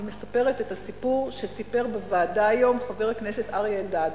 אני מספרת את הסיפור שסיפר בוועדה היום חבר הכנסת אריה אלדד.